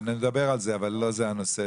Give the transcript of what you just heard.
דבר על זה, אבל לא זה הנושא.